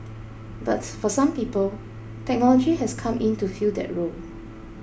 but for some people technology has come in to fill that role